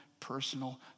personal